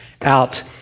out